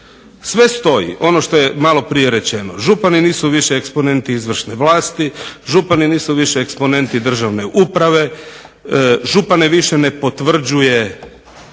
Sve stoji, ono što je malo prije rečeno. Župani nisu više eksponenti izvršne vlasti, župani nisu više eksponenti državne uprave. Župane više ne potvrđuje